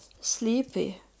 sleepy